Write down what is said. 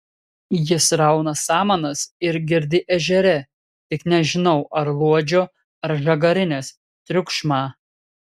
jis rauna samanas ir girdi ežere tik nežinau ar luodžio ar žagarinės triukšmą